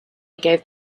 gave